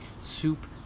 soup